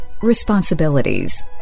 responsibilities